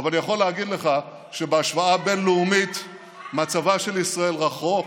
אבל יכול להגיד לך שבהשוואה בין-לאומית מצבה של ישראל רחוק,